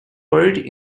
buried